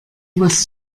was